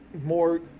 more